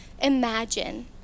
imagine